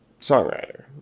songwriter